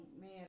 man